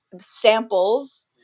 samples